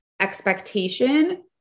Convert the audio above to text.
expectation